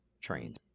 trains